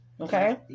okay